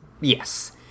Yes